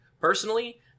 Personally